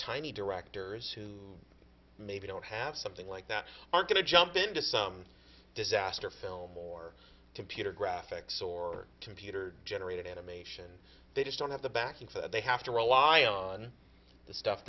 tiny directors who maybe don't have something like that are going to jump into some disaster film more computer graphics or computer generated animation they just don't have the backing for they have to rely on the stuff